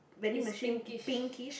it's pinkish